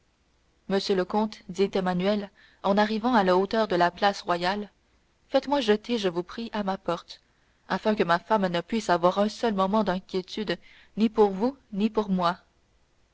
monsieur le comte dit emmanuel en arrivant à la hauteur de la place royale faites-moi jeter je vous prie à ma porte afin que ma femme ne puisse avoir un seul moment d'inquiétude ni pour vous ni pour moi